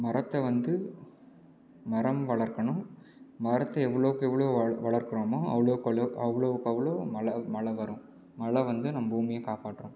மரத்தை வந்து மரம் வளர்க்கணும் மரத்தை வஎவ்ளோ வ வளர்க்கிறோமோ அவ்வளோக்கு அவ்வளோ வஅவ்ளோ மழை மழை வரும் மழை வந்து நம்ம பூமியை காப்பாற்றும்